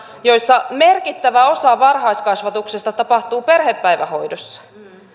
joissa merkittävä osa varhaiskasvatuksesta tapahtuu perhepäivähoidossa